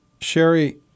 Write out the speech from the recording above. Sherry